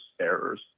errors